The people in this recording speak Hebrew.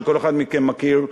שכל אחד מכם מכיר,